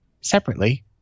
separately